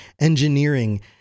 engineering